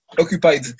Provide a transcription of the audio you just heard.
occupied